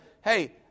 hey